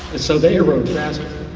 so they ruin faster.